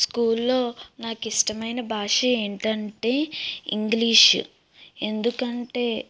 స్కూల్లో నాకు ఇష్టమైన భాష ఏంటంటే ఇంగ్లీష్ ఎందుకంటే